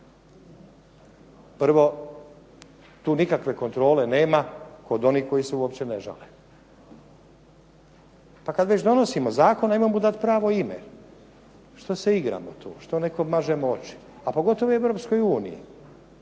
Prvo, tu nikakve kontrole nema kod onih koji se uopće ne žale. Pa kad već donosimo zakon hajmo mu dati pravo ime, što se igramo tu, što nekom mažemo oči, a pogotovo Europskoj uniji